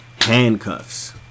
handcuffs